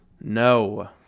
No